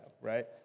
right